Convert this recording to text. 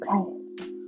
Okay